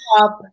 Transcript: up